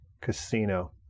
Casino